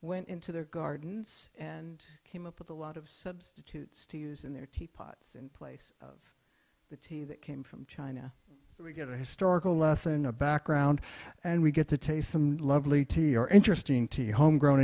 went into their gardens and came up with a lot of substitutes to use in their tea pots in place of the tea that came from china so we get a historical lesson a background and we get to taste some lovely tea or interesting tea homegrown